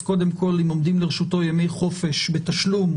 אז קודם כל אם עומדים לרשותו ימי חופש בתשלום,